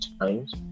times